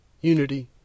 unity